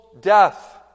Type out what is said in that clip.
death